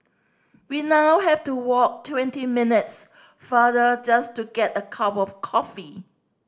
we now have to walk twenty minutes farther just to get a cup of coffee